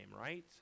right